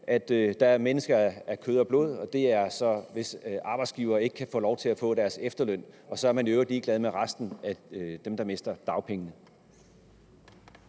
der er mennesker af kød og blod, nemlig arbejdsgiverne, som ikke kan få lov til at få deres efterløn, og så er man i øvrigt ligeglad med dem, der mister dagpengene.